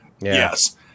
yes